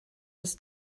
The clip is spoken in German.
ist